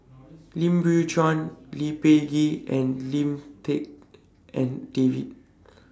Lim Biow Chuan Lee Peh Gee and Lim Tik En David